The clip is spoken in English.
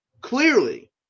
clearly